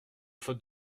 faute